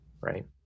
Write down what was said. right